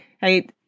Hey